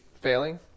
failing